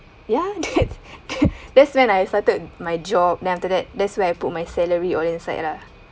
ya that's that's that's when I started my job then after that that's where I put my salary all inside lah